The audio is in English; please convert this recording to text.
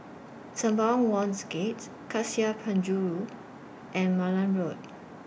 Sembawang Wharves Gate Cassia Penjuru and Malan Road